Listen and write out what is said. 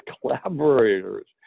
collaborators